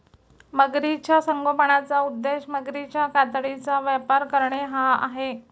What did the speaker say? मगरीच्या संगोपनाचा उद्देश मगरीच्या कातडीचा व्यापार करणे हा आहे